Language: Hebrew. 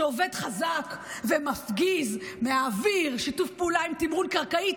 שעובד חזק ומפגיז מהאוויר בשיתוף פעולה עם תמרון קרקעי,